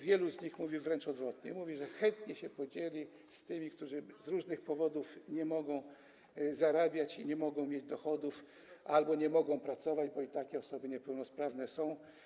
Wielu z nich mówi wręcz odwrotnie, że chętnie się podzieli z tymi, którzy z różnych powodów nie mogą zarabiać, nie mogą mieć dochodów albo nie mogą pracować, bo i takie osoby niepełnosprawne są.